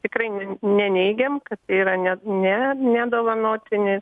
tikrai ne neneigiam kad tai yra ne ne nedovanotini